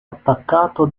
attaccato